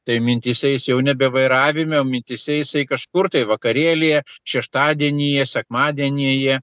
tai mintyse jis jau nebe vairavime mintyse jisai kažkur tai vakarėlyje šeštadienyje sekmadienyje